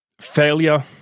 failure